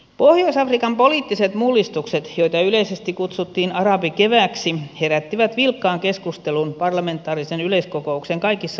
pohjois afrikan poliittiset mullistukset joita yleisesti kutsuttiin arabikevääksi herättivät vilkkaan keskustelun parlamentaarisen yleiskokouksen kaikissa istunnoissa